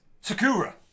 Sakura